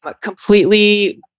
completely